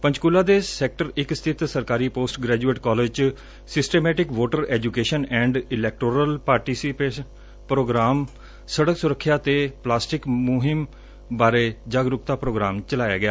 ਪੰਚਕੂਲਾ ਦੇ ਸੈਕਟਰ ਇਕ ਸਬਿਤ ਸਰਕਾਰੀ ਪੋਸਟਗਰੈਜੁਏਟ ਕਾਲਜ ਚ systematic voter education and electoral participation programme ਅਤੇ ਸੜਕ ਸੁਰੱਖਿਆ ਤੇ ਪਲਾਸਟਿਕ ਮੁਕਤ ਮੁਹਿੰਮ ਬਾਰੇ ਜਾਗਰੂਕਤਾ ਪ੍ਰੋਗਰਾਮ ਚਲਾਇਆ ਗਿਆ